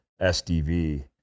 SDV